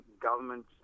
government